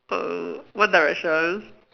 uh one direction